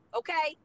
okay